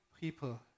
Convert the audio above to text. people